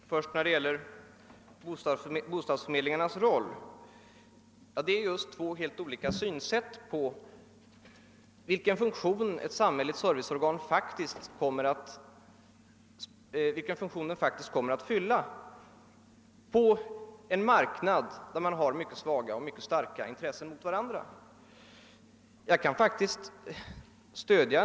Herr talman! När det gäller bostadsförmedlingarnas roll finns det två olika åsikter om vilka funktioner ett samhälles serviceorgan skall fylla på en marknad där mycket svaga och mycket starka intressen ställs mot varandra.